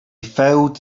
filled